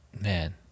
Man